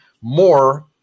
more